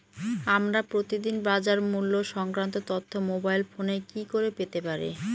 আমরা প্রতিদিন বাজার মূল্য সংক্রান্ত তথ্য মোবাইল ফোনে কি করে পেতে পারি?